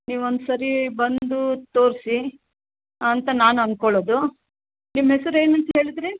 ನೀವೊಂದ್ಸಾರಿ ಬಂದು ತೋರಿಸಿ ಅಂತ ನಾನು ಅಂದ್ಕೊಳೋದು ನಿಮ್ಮ ಹೆಸ್ರು ಏನಂತ ಹೇಳಿದ್ರಿ